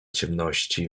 ciemności